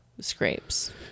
scrapes